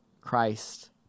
Christ